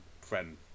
friend